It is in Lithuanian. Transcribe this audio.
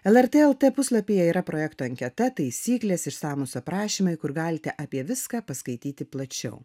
lrt lt puslapyje yra projekto anketa taisyklės išsamūs aprašymai kur galite apie viską paskaityti plačiau